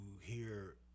hear